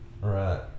Right